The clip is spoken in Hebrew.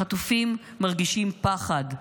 החטופים מרגישים פחד,